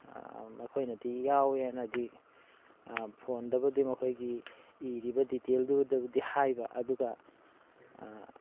ꯃꯈꯣꯏꯅꯗꯤ ꯌꯥꯎꯋꯦꯅꯗꯤ ꯐꯣꯟꯗꯕꯨꯗꯤ ꯃꯈꯣꯏꯒꯤ ꯏꯔꯤꯕ ꯗꯤꯇꯦꯜꯗꯨꯗꯕꯨꯗꯤ ꯍꯥꯏꯕ ꯑꯗꯨꯒ